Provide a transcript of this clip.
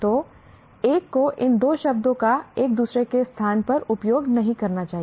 तो एक को इन दो शब्दों का एक दूसरे के स्थान पर उपयोग नहीं करना चाहिए